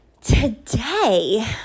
Today